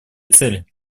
цели